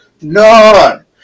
None